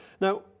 Now